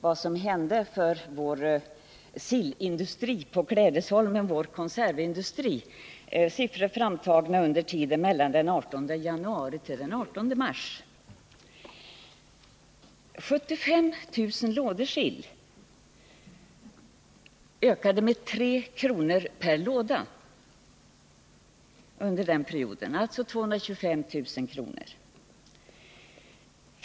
Det är hämtat från vår konservindustri på Klädesholmen, och siffrorna i det är framtagna för tiden mellan den 18 januari och den 18 mars. Under den perioden ökade transportkostnaderna för 75 000 lådor sill med 3 kr. per låda, alltså totalt 225 000 kr.